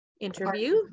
interview